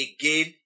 again